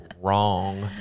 wrong